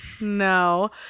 No